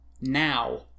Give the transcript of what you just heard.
now